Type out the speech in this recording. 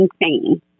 insane